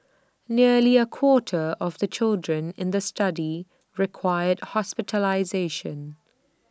nearly A quarter of the children in the study required hospitalisation